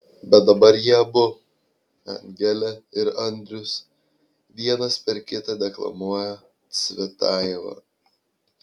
bet dabar jie abu angelė ir andrius vienas per kitą deklamuoja cvetajevą